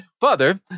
Father